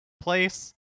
place